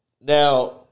Now